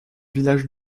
village